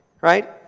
right